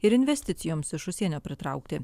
ir investicijoms iš užsienio pritraukti